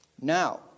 Now